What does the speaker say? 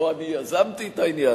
לא אני יזמתי את העניין,